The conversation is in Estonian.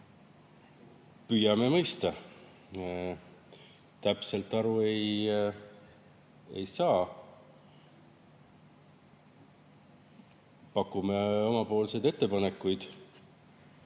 Püüame mõista, täpselt aru ei saa. Pakume omapoolseid ettepanekuid,